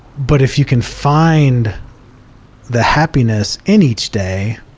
but if you can find the happiness in each day,